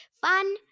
fun